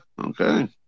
okay